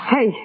Hey